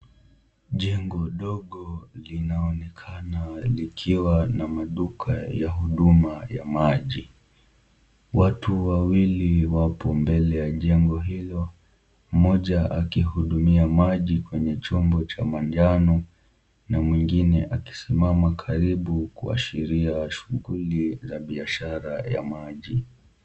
Jengo dogo linaonekana likiwa na maduka ya huduma ya maji. Watu wawili wapo mbele ya jengo hilo, mmoja akihudumia maji kwenye chombo cha manjano na mwingine akisimama karibu kuashiria shughuli ya biashara ya maji.